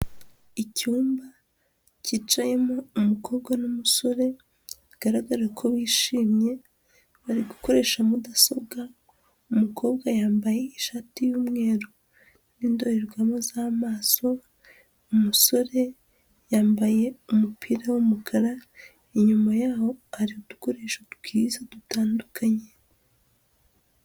Icyumba cyicayemo umukobwa n'umusore bigaragara ko bishimye, bari gukoresha mudasobwa, umukobwa yambaye ishati y'umweru n'indorerwamo z'amaso, umusore yambaye umupira w'umukara, inyuma yaho hari udukoresho twiza dutandukanye.